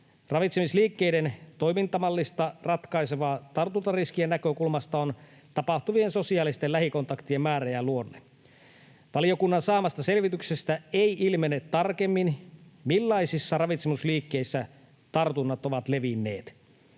Ravitsemusliikkeiden toimintamallissa ratkaisevaa tartuntariskien näkökulmasta on tapahtuvien sosiaalisten lähikontaktien määrä ja luonne. Valiokunnan saamasta selvityksestä ei ilmene tarkemmin, millaisissa ravitsemusliikkeissä tartunnat ovat levinneet.